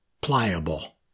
pliable